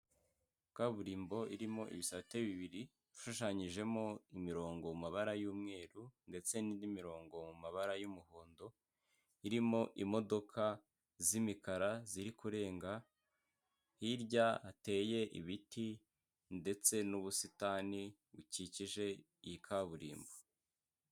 Kaburimbo irimo ibisate bibiri ishushanyijemo imirongo mu mabara y'umweru ndetse n'indi mirongo mu mabara y'umuhondo, irimo imodoka z'imikara ziri kurenga, hirya hateye ibiti ndetse n'ubusitani bukikije iyi kaburimbo.